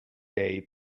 day